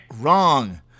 wrong